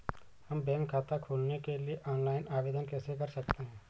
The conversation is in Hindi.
हम बैंक खाता खोलने के लिए ऑनलाइन आवेदन कैसे कर सकते हैं?